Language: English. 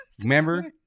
Remember